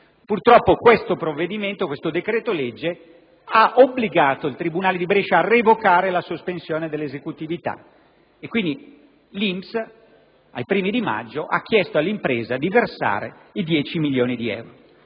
Purtroppo questo decreto-legge ha obbligato il tribunale di Brescia a revocare la sospensione dell'esecutività; quindi l'INPS, ai primi di maggio, ha chiesto all'impresa di versare i 10 milioni di euro.